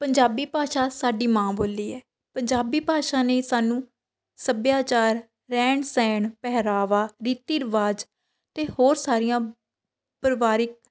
ਪੰਜਾਬੀ ਭਾਸ਼ਾ ਸਾਡੀ ਮਾਂ ਬੋਲੀ ਹੈ ਪੰਜਾਬੀ ਭਾਸ਼ਾ ਨੇ ਸਾਨੂੰ ਸੱਭਿਆਚਾਰ ਰਹਿਣ ਸਹਿਣ ਪਹਿਰਾਵਾ ਰੀਤੀ ਰਿਵਾਜ਼ ਅਤੇ ਹੋਰ ਸਾਰੀਆਂ ਪਰਿਵਾਰਕ